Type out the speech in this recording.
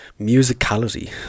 musicality